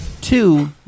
two